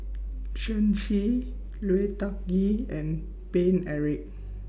Shen Xi Lui Tuck Yew and Paine Eric